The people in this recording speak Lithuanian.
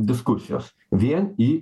diskusijos vien į